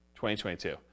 2022